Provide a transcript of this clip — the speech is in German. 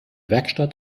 werkstatt